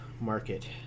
market